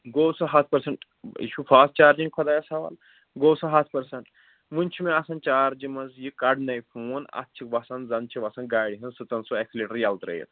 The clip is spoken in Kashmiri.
گوٚو سُہ ہَتھ پٔرسَنٛٹ یہِ چھُ فاسٹ چارجِنٛگ خۄدایَس سوال گوٚو سُہ ہَتھ پٔرسَنٛٹ وٕنہِ چھُ مےٚ آسان چارجہِ منٛز یہِ کَڑنے فون اَتھ چھِ وَسان زَنہٕ چھِ وَسان گاڑِ ہٕنٛز سٕژَن سُہ اٮ۪کسِلیٹَر یَلہٕ ترٛٲیِتھ